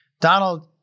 Donald